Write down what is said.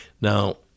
Now